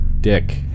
dick